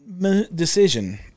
decision